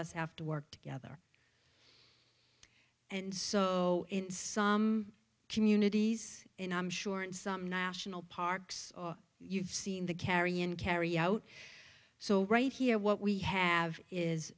us have to work together and so in some communities and i'm sure in some national parks you've seen the carry in carry out so right here what we have is